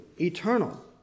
eternal